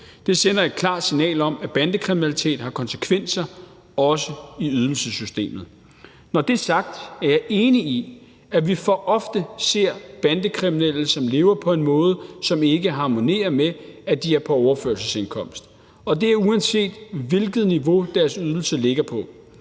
Det sender et klart signal om, at bandekriminalitet har konsekvenser, også i ydelsessystemet. Når det er sagt, er jeg enig i, at vi for ofte ser bandekriminelle, som lever på en måde, som ikke harmonerer med, at de er på overførselsindkomst, og det er, uanset hvilket niveau deres ydelser ligger på.